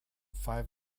five